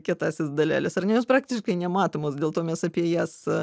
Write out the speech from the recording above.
kietąsias daleles ar ne jos praktiškai nematomos dėl to mes apie jas